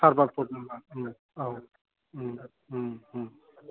सारभारफोर दं औ